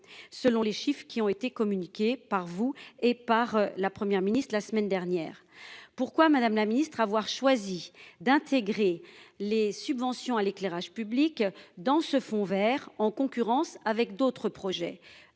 selon les chiffres qui ont été communiqués par vous et par la Première ministre de la semaine dernière. Pourquoi madame la ministre, avoir choisi d'intégrer les subventions à l'éclairage public dans ce fonds Vert en concurrence avec d'autres projets